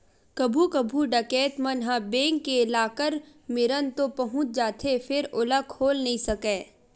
कभू कभू डकैत मन ह बेंक के लाकर मेरन तो पहुंच जाथे फेर ओला खोल नइ सकय